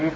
V